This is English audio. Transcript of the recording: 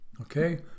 okay